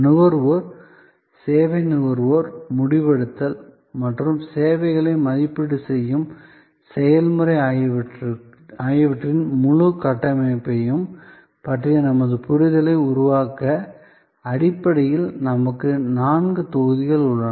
நுகர்வோர் சேவை நுகர்வோர் முடிவெடுத்தல் மற்றும் சேவைகளை மதிப்பீடு செய்யும் செயல்முறை ஆகியவற்றின் முழு கட்டமைப்பையும் பற்றிய நமது புரிதலை உருவாக்க அடிப்படையில் நமக்கு நான்கு தொகுதிகள் உள்ளன